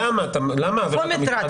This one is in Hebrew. למה אתה עושה את זה